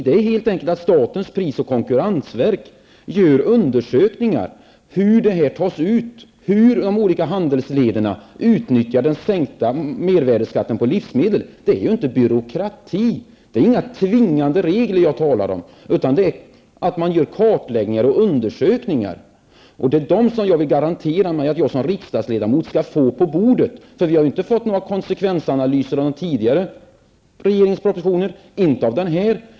Det är helt enkelt så att statens pris och konkurrensverk undersöker hur de olika handelsleden utnyttjar den sänkta mervärdeskatten på livsmedel. Det är ju inte byråkrati, det är inga tvingande regler jag talar om, utan det är kartläggningar och undersökningar. Det är dem som jag vill garantera, som jag vill att jag som riksdagsledamot skall få på bordet. Vi har ju inte fått några konsekvensanalyser av den tidigare regeringens propositioner, och inte av den här regeringens.